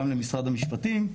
גם למשרד המשפטים.